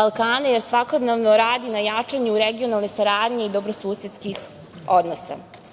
Balkana, jer svakodnevno radi na jačanju regionalne saradnje i dobrosusedskih odnosa. Srbija